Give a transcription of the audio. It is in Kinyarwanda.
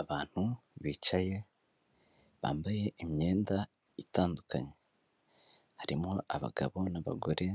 Ikinyabiziga gishinzwe gukora imihanda kiri mu busitani